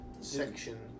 section